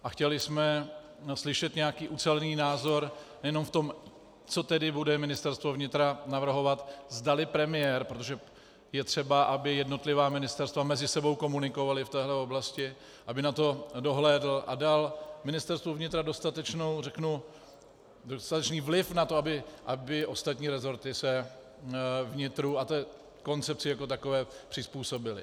A chtěli jsme slyšet nějaký ucelený názor nejenom v tom, co tedy bude Ministerstvo vnitra navrhovat, zdali premiér, protože je třeba, aby jednotlivá ministerstva mezi sebou komunikovala v téhle oblasti, aby na to dohlédl a dal Ministerstvu vnitra dostatečný vliv na to, aby se ostatní resorty vnitru a té koncepci jako takové přizpůsobily.